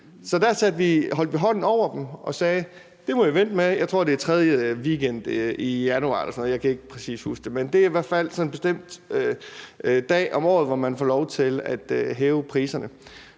Så der holdt vi hånden over passagererne og sagde: Det må I vente med. Jeg tror, det er den tredje weekend i januar; jeg kan ikke præcis huske det, men det er i hvert fald en bestemt dag om året, hvor man får lov til at hæve priserne.